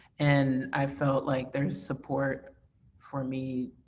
and i felt like there's support for me,